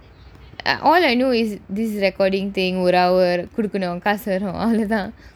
all I know is this recording thing ஒரு:oru hour குடுக்கொனும் காசு வரும் அவ்வளவு தான்:kudukkonum kaasu varum avvalavu thaan